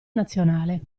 nazionale